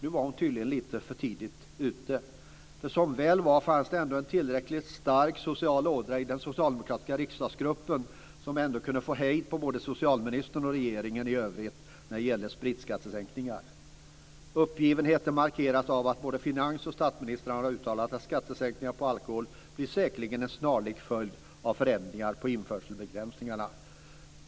Nu var hon tydligen lite för tidigt ute, för som väl var fanns det ändå en tillräckligt stark social ådra i den socialdemokratiska riksdagsgruppen som kunde få hejd på både socialministern och regeringen i övrigt när det gäller spritskattesänkningar. Uppgivenheten markeras av att både finans och statsministern har uttalat att skattesänkningar på alkohol säkerligen blir en följd av förändringar i fråga om införselbegränsningarna.